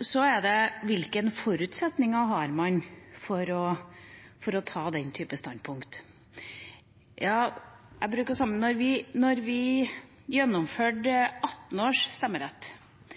Hvilke forutsetninger har man så for å ta den type standpunkt? Jeg bruker å si at da vi gjennomførte